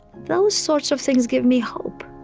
those sorts of things give me hope